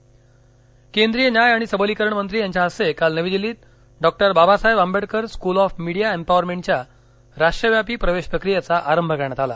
गेहलोत केंद्रीय न्याय आणि सबलीकरण मंत्री यांच्या हस्ते काल नवी दिल्लीत doctor Babasaheb Ambedkar school of media एमपॉवरमेंटच्या राष्ट्रव्यापी प्रवेश प्रक्रियेचा आरंभ करण्यात आला